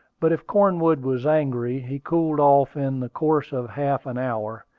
but if cornwood was angry, he cooled off in the course of half an hour,